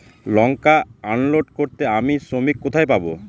লঙ্কা unload করতে আমি শ্রমিক কোথায় পাবো?